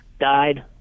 died